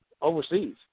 overseas